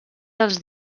dels